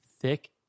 thick